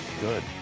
good